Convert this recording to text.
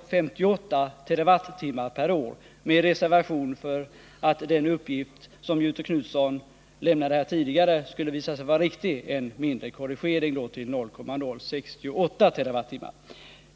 0,058 TWh per år — med reservation för att den uppgift som Göthe Knutson här lämnade tidigare skulle visa sig vara riktig, vilket skulle innebära en mindre korrigering till 0,068 TWh.